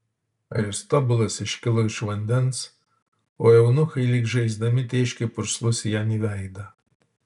aristobulas iškilo iš vandens o eunuchai lyg žaisdami tėškė purslus jam į veidą